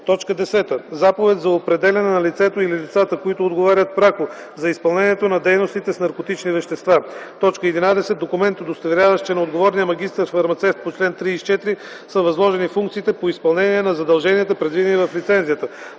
т. 1; 10. заповед за определяне на лицето или лицата, които отговарят пряко за изпълнението на дейностите с наркотични вещества; 11. документ, удостоверяващ, че на отговорния магистър-фармацевт по чл. 34 са възложени функциите по изпълнение на задълженията, предвидени в лицензията;